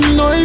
no